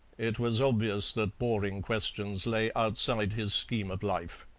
it was obvious that boring questions lay outside his scheme of life.